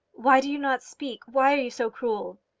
why do you not speak? why are you so cruel?